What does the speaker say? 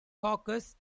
caucus